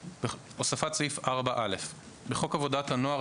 הוספת סעיף 4א 1. בחוק עבודת הנוער,